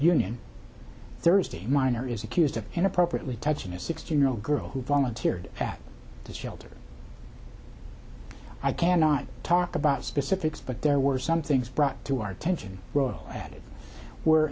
union thursday miner is accused of inappropriately touching a sixteen year old girl who volunteered at the shelter i cannot talk about specifics but there were some things brought to our attention i had were